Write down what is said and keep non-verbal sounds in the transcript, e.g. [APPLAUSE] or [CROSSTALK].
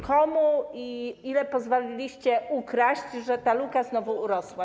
Komu i ile pozwoliliście ukraść, że ta luka [NOISE] znowu urosła?